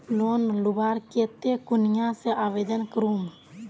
Loan लुबार केते कुनियाँ से आवेदन करूम?